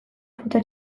fruta